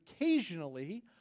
occasionally